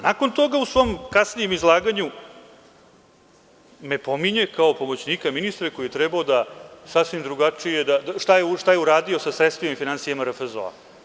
Nakon toga, u svom kasnijem izlaganju me pominje kao pomoćnika ministra koji je trebao sasvim drugačije, šta je uradio sa sredstvima i finansijama RFZO-a.